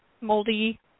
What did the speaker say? moldy